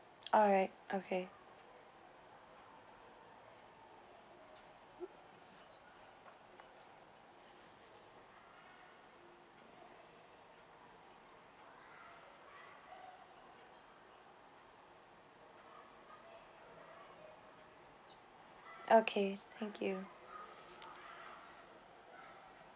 alright okay okay thank you